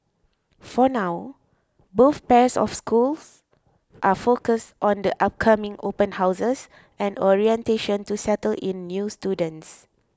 for now both pairs of schools are focused on the upcoming open houses and orientation to settle in new students